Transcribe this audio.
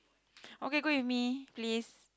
okay go with me please